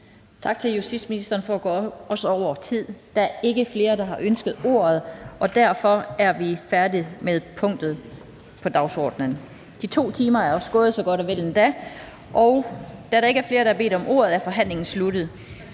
Tak til justitsministeren, også for at gå over tiden. Der er ikke flere, der har ønsket ordet, og derfor er vi færdige med dette punkt på dagsordenen. De 2 timer er også gået, godt og vel endda. Da der ikke er flere, der har bedt om ordet, er forhandlingen sluttet.